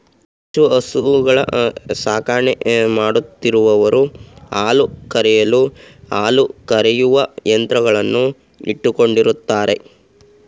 ಹೆಚ್ಚು ಹಸುಗಳ ಸಾಕಣೆ ಮಾಡುತ್ತಿರುವವರು ಹಾಲು ಕರೆಯಲು ಹಾಲು ಕರೆಯುವ ಯಂತ್ರವನ್ನು ಇಟ್ಟುಕೊಂಡಿರುತ್ತಾರೆ